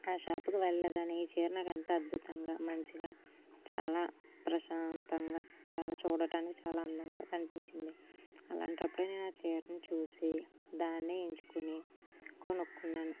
ఆ షాప్కు వెళ్ళగానే నాకు ఈ చీర ఎంతో అద్భుతంగా మంచిగా చాలా ప్రశాంతంగా చాలా చూడడానికి చాలా అందంగా కనిపించింది అలాంటప్పుడు నేను ఆ చీరని చూసి దాన్ని ఎంచుకొని కొనుక్కున్నాను